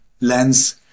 lens